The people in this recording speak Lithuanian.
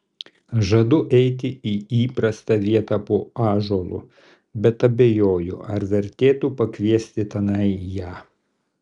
žadu eiti į įprastą vietą po ąžuolu bet abejoju ar vertėtų pakviesti tenai ją